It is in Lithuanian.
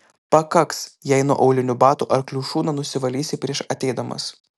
pakaks jei nuo aulinių batų arklių šūdą nusivalysi prieš ateidamas